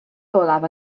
olaf